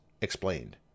Explained